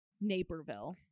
Naperville